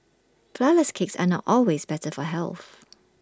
Flourless Cakes are not always better for health